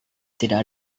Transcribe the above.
tidak